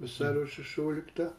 vasario šešioliktą